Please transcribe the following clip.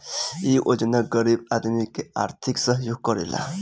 इ योजना गरीब आदमी के आर्थिक सहयोग करेला